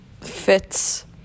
fits